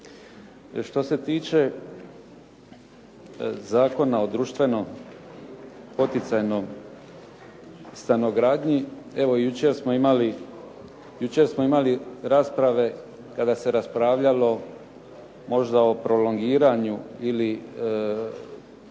što se tiče Zakona o društveno poticajnoj stanogradnji. Evo jučer smo imali rasprave kada se raspravljalo možda o prolongiranju ili